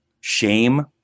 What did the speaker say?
shame